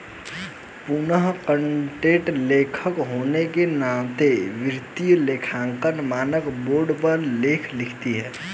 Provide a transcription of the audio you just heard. Poonam content लेखक होने के नाते वित्तीय लेखांकन मानक बोर्ड पर लेख लिखती है